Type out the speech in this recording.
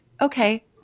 okay